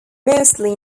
mostly